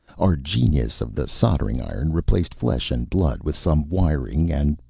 our genius of the soldering iron replaced flesh and blood with some wiring and,